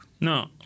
No